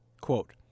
Quote